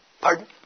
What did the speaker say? Pardon